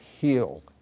heal